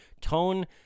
tone